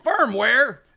firmware